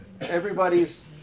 everybody's